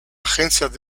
agencias